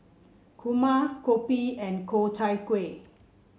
kurma kopi and Ku Chai Kueh